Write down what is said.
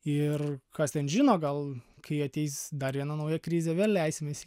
ir kas ten žino gal kai ateis dar viena nauja krizė vėl leisimės